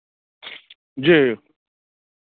जी